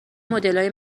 مدلای